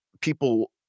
people